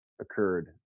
occurred